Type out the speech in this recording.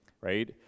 right